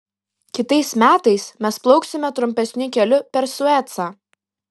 kitais metais mes plauksime trumpesniu keliu per suecą